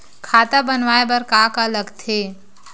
खाता बनवाय बर का का लगथे?